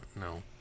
No